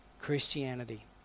Christianity